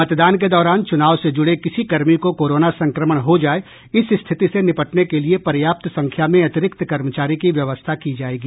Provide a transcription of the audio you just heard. मतदान के दौरान चुनाव से जुड़े किसी कर्मी को कोरोना संक्रमण हो जाये इस स्थिति से निपटने के लिए पर्याप्त संख्या में अतिरिक्त कर्मचारी की व्यवस्था की जायेगी